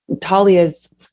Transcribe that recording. Talia's